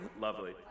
Lovely